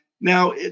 Now